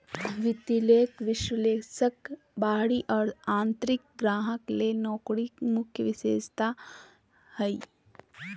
वित्तीय विश्लेषक बाहरी और आंतरिक ग्राहक ले नौकरी के मुख्य विशेषता हइ